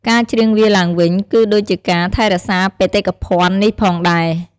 ការច្រៀងវាឡើងវិញ គឺដូចជាការថែរក្សាបេតិកភណ្ឌនេះផងដែរ។